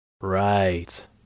Right